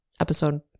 episode